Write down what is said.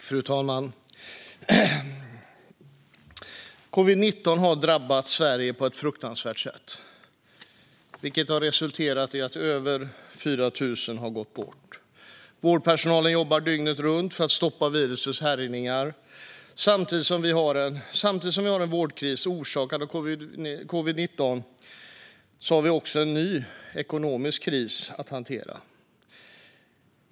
Fru talman! Covid-19 har drabbat Sverige på ett fruktansvärt sätt, vilket har resulterat i att över 4 000 människor har gått bort. Vårdpersonalen jobbar dygnet runt för att stoppa virusets härjningar. Samtidigt som vi har en vårdkris orsakad av covid-19 har vi en ny ekonomisk kris att hantera.